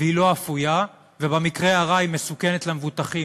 והיא לא אפויה, ובמקרה הרע היא מסוכנת למבוטחים.